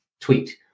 tweet